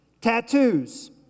tattoos